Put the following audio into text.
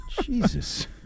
Jesus